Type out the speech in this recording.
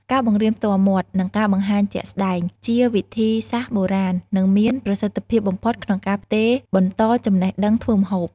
ការបង្រៀនផ្ទាល់មាត់ និងការបង្ហាញជាក់ស្តែង ជាវិធីសាស្រ្តបុរាណ និងមានប្រសិទ្ធភាពបំផុតក្នុងការផ្ទេរបន្តចំណេះដឹងធ្វើម្ហូប។